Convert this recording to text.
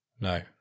No